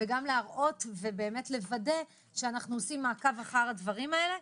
להראות ולוודא שאנחנו עושים מעקב אחר הדברים האלה,